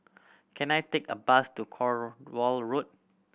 can I take a bus to Cornwall Road